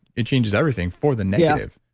it changes everything for the negative.